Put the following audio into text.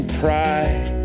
pride